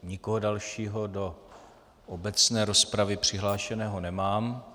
Nikoho dalšího do obecné rozpravy přihlášeného nemám.